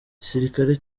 igisirikare